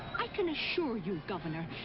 i can assure you, governor,